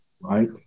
right